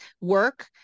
work